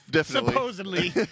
Supposedly